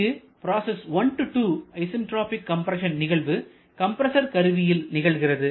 இங்கு process 1 2 isentropic compression நிகழ்வு compressor கருவியில் நிகழ்கிறது